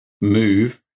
move